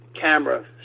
camera